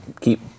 keep